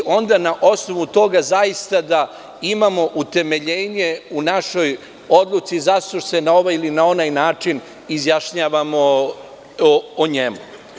Onda na osnovu toga da zaista imamo utemeljenje u našoj odluci zašto se na ovaj ili onaj način izjašnjavamo o njemu.